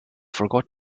forgot